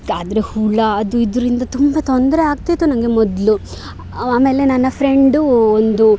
ಆದರೆ ಹುಳ ಅದು ಇದರಿಂದ ತುಂಬ ತೊಂದರೆ ಆಗ್ತಿತ್ತು ನನಗೆ ಮೊದಲು ಆಮೇಲೆ ನನ್ನ ಫ್ರೆಂಡು ಒಂದು